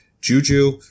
Juju